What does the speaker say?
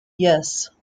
yes